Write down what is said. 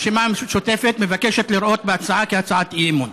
הרשימה המשותפת מבקשת לראות בהצעה הצבעת אי-אמון.